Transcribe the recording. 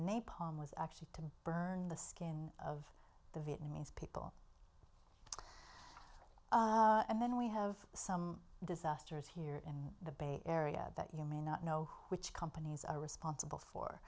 napalm was actually to burn the skin of the vietnamese people and then we have some disasters here in the bay area that you may not know which companies are responsible for